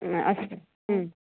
अस्तु आम्